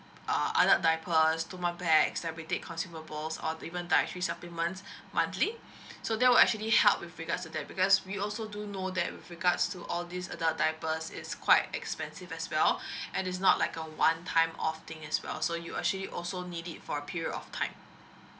uh adult diapers tap on pads everyday consumables or even dietary supplements monthly so that will actually help with regards to that because we also do know that with regards to all these adult diapers is quite expensive as well and it's not like a one time off thing as well so you actually also need it for a period of time